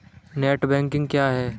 Net banking क्या होता है?